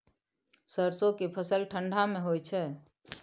सरसो के फसल ठंडा मे होय छै?